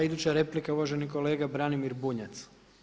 Iduća replika je uvaženi kolega Branimir Bunjac.